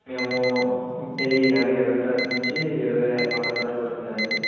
మేము ఈనెల ఇరవై తారీఖు నుంచి ఇరవై ఆరో తారీఖు వరకునండి